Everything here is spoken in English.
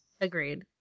agreed